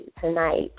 tonight